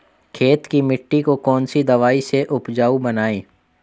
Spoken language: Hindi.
खेत की मिटी को कौन सी दवाई से उपजाऊ बनायें?